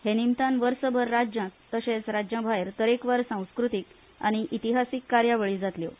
हे निमतान वर्सभर राज्यांत तशेच राज्यांभायर तरेकवार सांस्कृतिक आनी एतिहासिक कार्यावळी जातल्यो